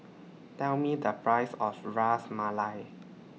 Tell Me The Price of Ras Malai